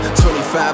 25